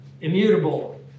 Immutable